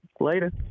Later